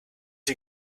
you